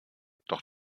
doch